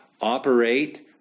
operate